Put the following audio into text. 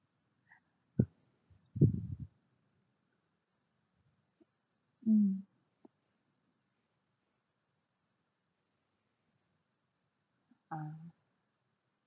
mm ah